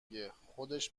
گه، خودش